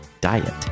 diet